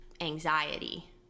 anxiety